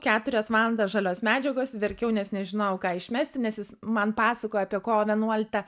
keturias valandas žalios medžiagos verkiau nes nežinojau ką išmesti nes jis man pasakojo apie kovo vienuoliktą